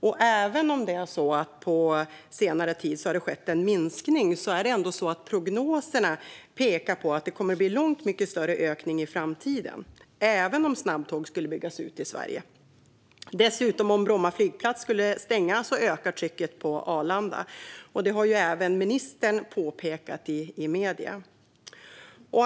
Även om det på senare tid har skett en minskning pekar prognoserna på att det blir en långt mycket större ökning i framtiden, även om snabbtåg skulle byggas ut i Sverige. Om Bromma flygplats skulle stänga ökar dessutom trycket på Arlanda. Detta har ju även ministern påpekat i medierna.